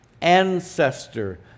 ancestor